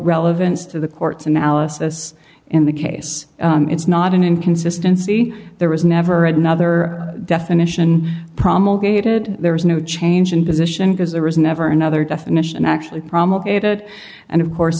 relevance to the court's analysis in the case it's not an inconsistency there was never another definition promulgated there was no change in position because there was never another definition actually promulgated and of course